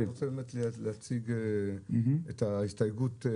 אני רוצה להציג בדקה את ההסתייגות